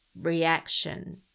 reaction